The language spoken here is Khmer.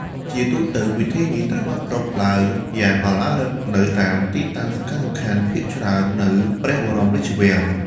ជាទូទៅ ពិធីនេះត្រូវបានប្រារព្ធឡើងយ៉ាងឱឡារិកនៅតាមទីតាំងសំខាន់ៗភាគច្រើននៅព្រះបរមរាជវាំង។